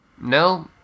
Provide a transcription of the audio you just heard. No